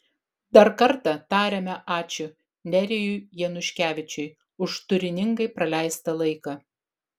dar kartą tariame ačiū nerijui januškevičiui už turiningai praleistą laiką